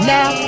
Now